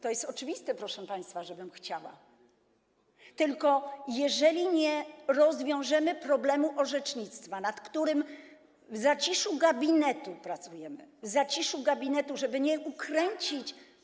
To jest oczywiste, proszę państwa, że chciałabym, tylko jeżeli nie rozwiążemy problemu orzecznictwa, nad którym w zaciszu gabinetu pracujemy, w zaciszu gabinetu, żeby nie ukręcić.